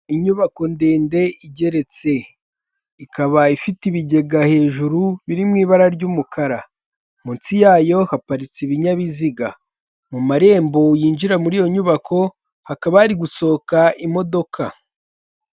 Inyubako ndende igeretse ikaba ifite ibigega hejuru biri mu ibara ry'umukara, munsi yayo haparitse ibinyabiziga mu marembo yinjira muri iyo nyubako, hakaba hari gusohoka imodoka.